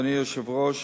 אדוני היושב-ראש,